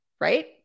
right